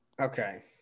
Okay